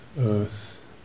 earth